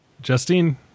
justine